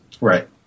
Right